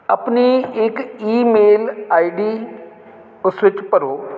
ਆਪਣੀ ਇੱਕ email ID ਉਸ ਵਿੱਚ ਭਰੋ